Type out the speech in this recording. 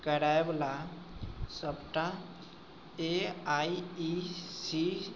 करैवला सबटा A I E C